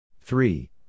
Three